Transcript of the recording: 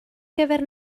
gyfer